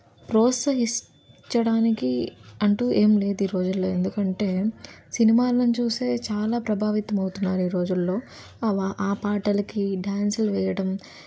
ప్రోత్సహించ్చడానికి అంటూ ఏం లేదు ఈ రోజుల్లో ఎందుకంటే సినిమాలను చూసే చాలా ప్రభావితంమవుతున్నారు ఈ రోజుల్లో ఆ పాటలకి డాన్సులు వెయ్యటం